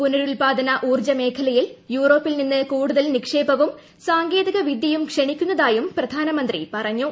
പുനരുത്പാദ ഊർജ്ജ മേഖലയിൽ യൂറോപ്പിൽ നിന്ന് കൂടുതൽ നിക്ഷേപവും സാങ്കേതിക വിദ്യയും ക്ഷണിക്കുന്നതായും പ്രധാനമന്ത്രി പറഞ്ഞു